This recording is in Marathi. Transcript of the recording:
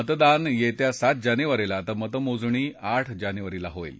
मतदान येत्या सात जानेवारीला तर मतमोजणी आठ जानेवारीला होईल